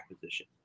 position